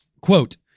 quote